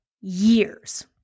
years